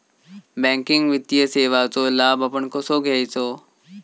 Banking वित्तीय सेवाचो लाभ आपण कसो घेयाचो?